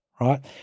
right